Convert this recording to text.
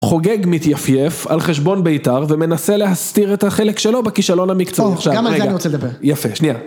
חוגג מתייפייף על חשבון ביתר ומנסה להסתיר את החלק שלו בכישלון המקצועי. טוב, גם על זה אני רוצה לדבר. יפה, שנייה.